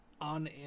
on